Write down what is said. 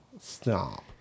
Stop